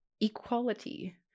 equality